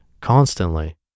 constantly